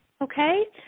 Okay